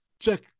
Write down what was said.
check